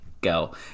go